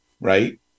right